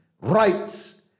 rights